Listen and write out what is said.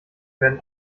werden